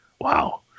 Wow